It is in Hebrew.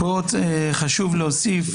פה חשוב להוסיף,